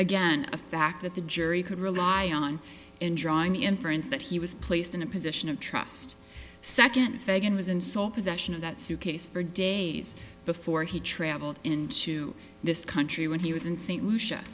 again a fact that the jury could rely on in drawing the inference that he was placed in a position of trust second fagan was in salt possession of that suitcase for days before he travelled into this country when he was in st lucia